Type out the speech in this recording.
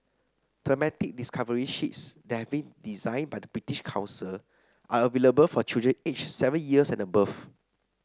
thematic discovery sheets that have been designed by the British Council are available for children aged seven years and above